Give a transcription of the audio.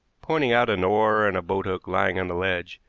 pointed out an oar and a boathook lying on the ledge,